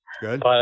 Good